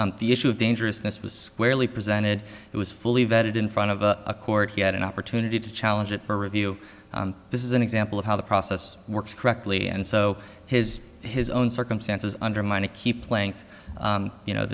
the issue of dangerousness was squarely presented it was fully vetted in front of a court he had an opportunity to challenge it for review this is an example of how the process works correctly and so his his own circumstances undermine to keep playing you know